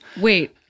wait